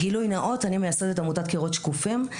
גילוי נאות, אני מייסדת עמותת "קירות שקופים".